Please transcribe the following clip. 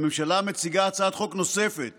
הממשלה מציגה הצעת חוק נוספת